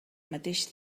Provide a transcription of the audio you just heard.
mateix